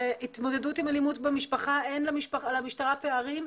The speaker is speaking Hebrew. בהתמודדות עם אלימות במשפחה אין למשטרה פערים?